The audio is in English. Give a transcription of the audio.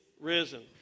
risen